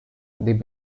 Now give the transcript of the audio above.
but